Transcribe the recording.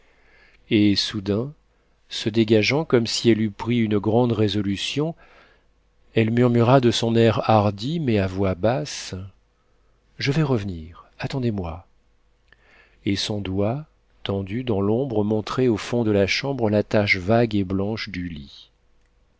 et soudain se dégageant comme si elle eût pris une grande résolution elle murmura de son air hardi mais à voix basse je vais revenir attendez-moi et son doigt tendu dans l'ombre montrait au fond de la chambre la tache vague et blanche du lit